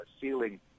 ceiling